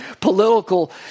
political